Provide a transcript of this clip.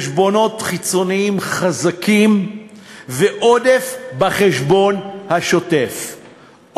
חשבונות חיצוניים חזקים ועודף בחשבון השוטף,